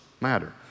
matter